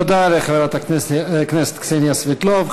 תודה לחברת הכנסת קסניה סבטלובה.